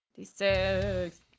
six